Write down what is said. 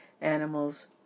animals